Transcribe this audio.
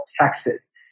Texas